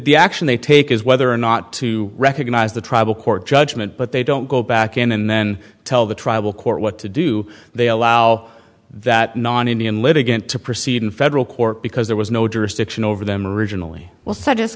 the action they take is whether or not to recognize the tribal court judgment but they don't go back in and then tell the tribal court what to do they allow that non indian litigant to proceed in federal court because there was no jurisdiction over them originally well s